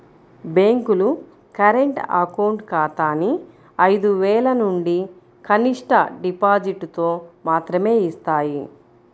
బ్యేంకులు current account ఖాతాని ఐదు వేలనుంచి కనిష్ట డిపాజిటుతో మాత్రమే యిస్తాయి